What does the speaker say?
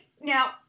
Now